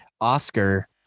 Oscar